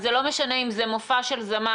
אז זה לא משנה אם זה מופע של זמר,